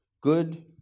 Good